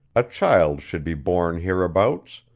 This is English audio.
a child should be born hereabouts,